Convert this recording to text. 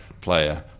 player